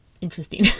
interesting